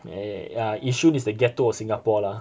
eh ya yishun is the ghetto of singapore lah